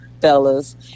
fellas